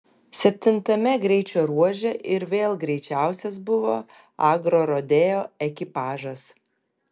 septintame greičio ruože ir vėl greičiausias buvo agrorodeo ekipažas